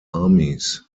armies